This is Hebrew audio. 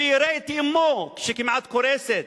שיראה את אמו, שכמעט קורסת.